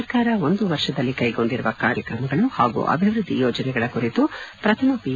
ಸರ್ಕಾರ ಒಂದು ವರ್ಷದಲ್ಲಿ ಕೈಗೊಂಡಿರುವ ಕಾರ್ಯಕ್ರಮಗಳು ಹಾಗೂ ಅಭಿವೃದ್ದಿ ಯೋಜನೆಗಳ ಕುರಿತು ಪ್ರಥಮ ಪಿ